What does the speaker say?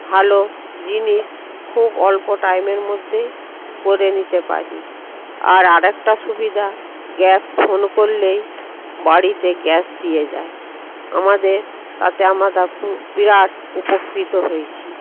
ভালো জিনিস খুব অল্প টাইমের মধ্যেই করে নিতে পারি আর আর একটা সুবিধা গ্যাস ফোন করলেই বাড়িতে গ্যাস দিয়ে যায় আমাদের তাতে আমরা বিরাট উপকৃত হয়েছি